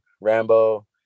Rambo